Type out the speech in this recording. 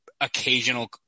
occasional